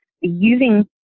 using